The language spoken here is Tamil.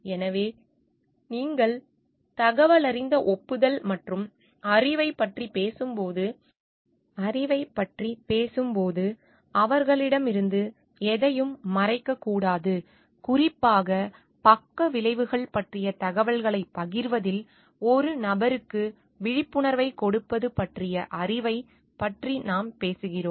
எனவே நீங்கள் தகவலறிந்த ஒப்புதல் மற்றும் அறிவைப் பற்றி பேசும்போது அவர்களிடமிருந்து எதையும் மறைக்கக்கூடாது குறிப்பாக பக்க விளைவுகள் பற்றிய தகவல்களைப் பகிர்வதில் ஒரு நபருக்கு விழிப்புணர்வைக் கொடுப்பது பற்றிய அறிவைப் பற்றி நாம் பேசுகிறோம்